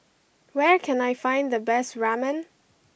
where can I find the best Ramen